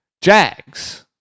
Jags